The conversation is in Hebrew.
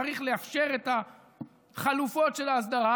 צריך לאפשר את החלופות של ההסדרה,